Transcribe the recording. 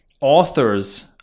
authors